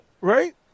Right